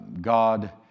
God